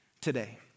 today